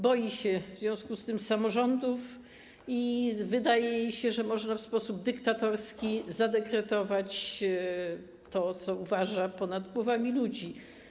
Boi się w związku z tym samorządów i wydaje jej się, że można w sposób dyktatorski zadekretować to, co uważa, ponad głowami ludzi.